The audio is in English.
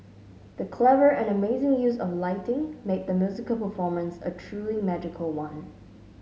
the clever and amazing use of lighting made the musical performance a truly magical one